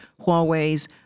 Huawei's